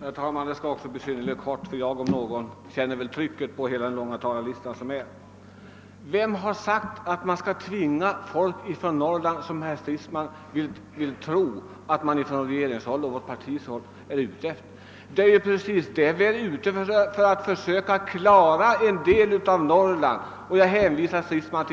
Herr talman! Också jag skall fatta mig synnerligen kort, eftersom jag, om någon, väl känner trycket från hela den långa talarlistan. Vem har sagt att regeringspartiet vill tvinga folk att flytta från Norrland? Herr Stridsman vill ge intryck av att vi är ute efter någonting sådant, men vi är i stället ute efter att klara en del av Norrland. Jag ber herr Stridsman att